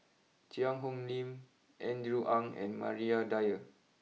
Cheang Hong Lim Andrew Ang and Maria Dyer